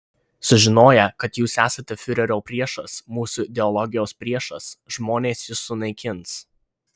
sužinoję kad jūs esate fiurerio priešas mūsų ideologijos priešas žmonės jus sunaikins